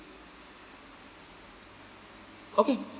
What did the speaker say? okay